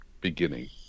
beginning